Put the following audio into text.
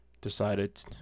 decided